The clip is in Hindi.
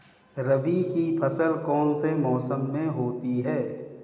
रबी की फसल कौन से मौसम में होती है?